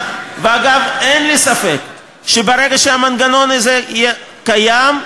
ואגב, אין לי ספק שברגע שהמנגנון הזה יהיה קיים,